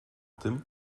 tym